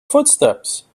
footsteps